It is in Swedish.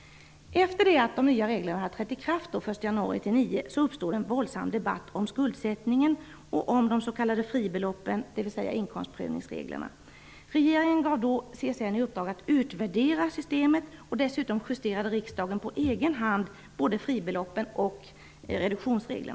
1 januari 1989 uppstod en våldsam debatt om skuldsättningen och de s.k. fribeloppen, dvs. CSN i uppdrag att utvärdera systemet. Dessutom justerade riksdagen på egen hand både fribelopp och reduktionsregler.